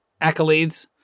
accolades